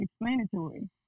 explanatory